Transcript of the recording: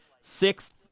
sixth